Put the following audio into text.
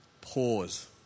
pause